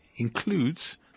includes